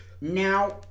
Now